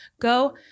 Go